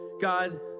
God